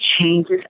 changes